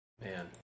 man